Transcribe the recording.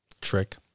trick